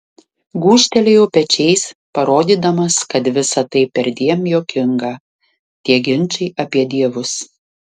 gūžtelėjau pečiais parodydamas kad visa tai perdėm juokinga tie ginčai apie dievus